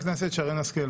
חברת הכנסת השכל,